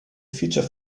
feature